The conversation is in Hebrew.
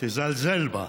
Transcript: תזלזל בה.